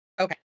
Okay